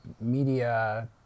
media